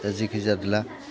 दा जिखिजादोला